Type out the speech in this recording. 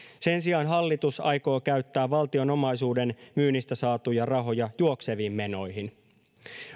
sen sijaan hallitus aikoo käyttää valtion omaisuuden myynnistä saatuja rahoja juokseviin menoihin